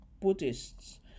Buddhists